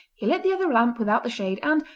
he lit the other lamp without the shade, and,